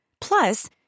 Plus